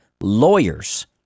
lawyers